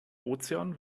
ozean